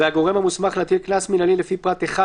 והגורם המוסמך להטיל קנס מינהלי לפי פרט (1),